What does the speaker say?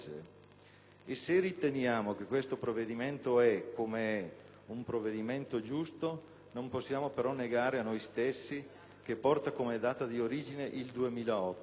Se riteniamo che questo provvedimento è - come è - un provvedimento giusto, non possiamo però negare a noi stessi che porta come data di origine il 2008.